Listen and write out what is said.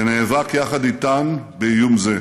שנאבק יחד איתן באיום זה.